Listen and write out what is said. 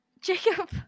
Jacob